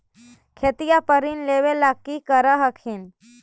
खेतिया पर ऋण लेबे ला की कर हखिन?